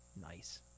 Nice